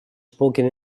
spoken